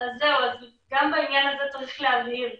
גם בעניין הזה צריך להבהיר,